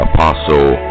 Apostle